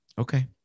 Okay